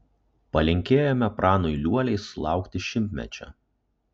palinkėjome pranui liuoliai sulaukti šimtmečio